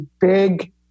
big